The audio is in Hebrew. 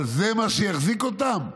אבל זה מה שיחזיק אותם,